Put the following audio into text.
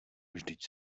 vždyť